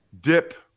dip